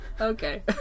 Okay